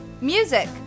Music